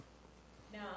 Now